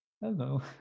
Hello